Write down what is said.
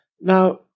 Now